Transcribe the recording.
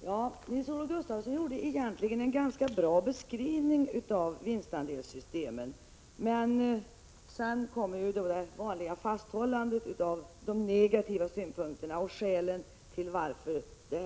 Fru talman! Nils-Olof Gustafsson gav egentligen en ganska bra beskrivning av vinstandelssystemen. Men sedan kom det vanliga fasthållandet vid de negativa synpunkter som man anlägger på systemen och skälen till varför man vill